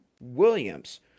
Williams